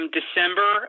December